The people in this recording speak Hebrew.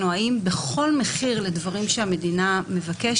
האם אנחנו בכל מחיר הבנקים יהיו הזרוע הארוכה בדברים שהמדינה מבקשת.